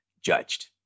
judged